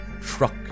truck